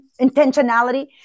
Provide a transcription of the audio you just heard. intentionality